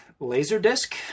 Laserdisc